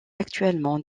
actuellement